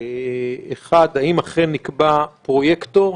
אחד, האם אכן נקבע פרויקטור,